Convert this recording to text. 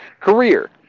career